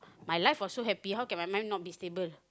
my life got so happy how can my mind not be stable